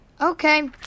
Okay